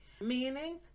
meaning